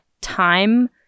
time